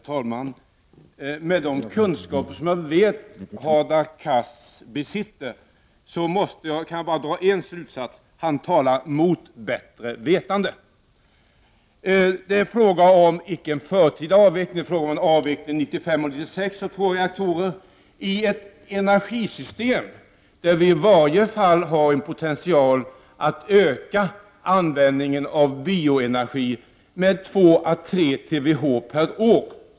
Herr talman! Med de kunskaper som jag vet att Hadar Cars besitter kan jag bara dra en slutsats: Han talar mot bättre vetande. Det är fråga om, icke förtida avveckling, utan avveckling 1995/96 av två reaktorer i ett energisystem där vi i varje fall har potential att öka användningen av bioenergin med 2—3 TWh per år.